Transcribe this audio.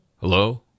Hello